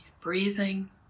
breathing